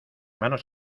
manos